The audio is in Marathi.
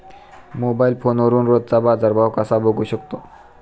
मोबाइल फोनवरून रोजचा बाजारभाव कसा बघू शकतो?